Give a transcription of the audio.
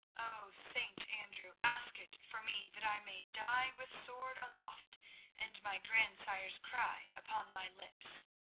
oh, st. andrew, ask it for me that i may die with sword aloft and my grandsire's cry upon my lips.